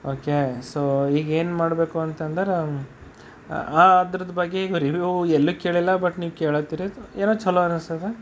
okay so ಈಗೇನು ಮಾಡಬೇಕು ಅಂತಂದರೆ ಆ ಅದ್ರದ್ದು ಬಗ್ಗೆ ಈಗ ರಿವಿವ್ ಎಲ್ಲೂ ಕೇಳಿಲ್ಲ ಬಟ್ ನೀವು ಕೇಳಾತಿರಿ ಏನೋ ಚಲೋ ಅನ್ನಿಸ್ತದೆ